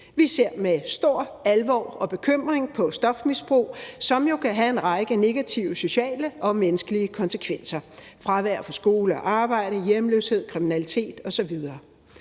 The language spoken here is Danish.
Vi ser med stor alvor og bekymring på stofmisbrug, som jo kan have en række negative sociale og menneskelige konsekvenser – fravær fra skole og arbejde, hjemløshed, kriminalitet osv.